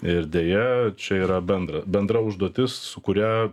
ir deja čia yra bendra bendra užduotis su kuria